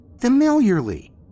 familiarly